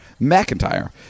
McIntyre